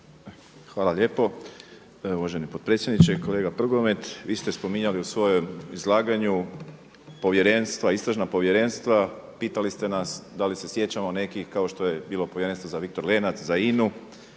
Hvala lijepo. Uvaženi potpredsjedniče. Kolega Prgomet, vi ste spominjali u svom izlaganju istražna povjerenstva, pitali ste nas da li se sjećamo nekih kao što je bilo povjerenstvo za Viktor Lenac za INA-u